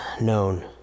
known